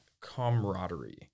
camaraderie